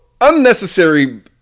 unnecessary